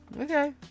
Okay